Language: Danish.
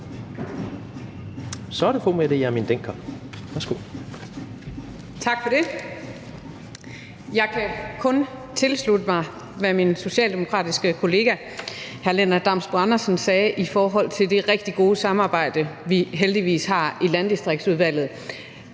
(Ordfører) Mette Hjermind Dencker (DF): Tak for det. Jeg kan kun tilslutte mig, hvad min socialdemokratiske kollega hr. Lennart Damsbo-Andersen sagde om det rigtig gode samarbejde, vi heldigvis har i Landdistriktsudvalget